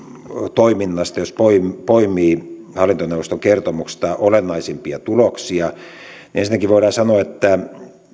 toiminnasta poimii hallintoneuvoston kertomuksesta olennaisimpia tuloksia ensinnäkin voidaan sanoa että